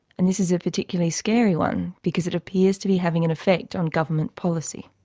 and this is a particularly scary one because it appears to be having an effect on government policy.